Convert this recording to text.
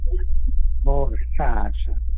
okay સારું સારું